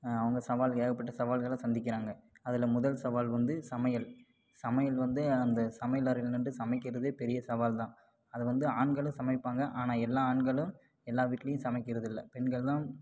அவங்க சவால் ஏகப்பட்ட சவால்களை சந்திக்கிறாங்க அதில் முதல் சவால் வந்து சமையல் சமையல் வந்து அந்த சமையலறையில் நின்றுட்டு சமைக்கிறதே பெரிய சவால் தான் அதை வந்து ஆண்களும் சமைப்பாங்க ஆனால் எல்லா ஆண்களும் எல்லா வீட்லையும் சமைக்கிறதில்லை பெண்கள் தான்